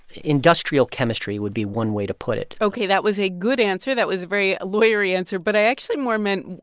industrial chemistry would be one way to put it ok. that was a good answer. that was a very lawyer-y answer, but i actually more meant,